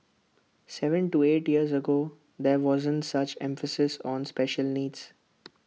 Seven to eight years ago there wasn't such emphasis on special needs